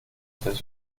unter